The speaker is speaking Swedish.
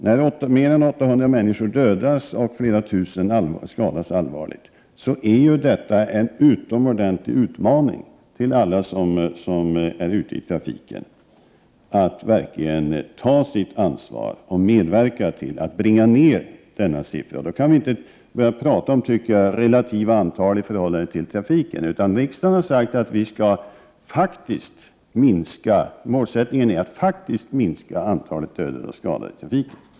När mer än 800 människor dödas och flera tusen skadas allvarligt, är detta en utomordentlig utmaning till alla som är ute i trafiken att verkligen ta sitt ansvar och medverka till att bringa ned detta antal. Då tycker jag att vi inte kan börja tala om det relativa antalet i 59 Prot. 1988/89:124 förhållande till trafiken. Riksdagen har sagt att målsättningen är att faktiskt minska antalet dödade och skadade i trafiken.